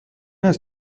است